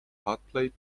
hotplate